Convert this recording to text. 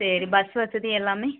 சரி பஸ் வசதி எல்லாமே